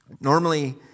Normally